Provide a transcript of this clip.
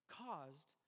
caused